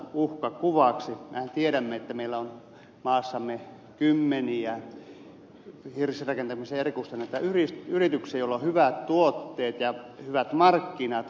mehän tiedämme että meillä on maassamme kymmeniä hirsirakentamiseen erikoistuneita yrityksiä joilla on hyvät tuotteet ja hyvät markkinat